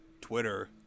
Twitter